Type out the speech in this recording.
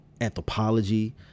anthropology